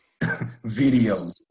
videos